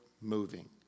moving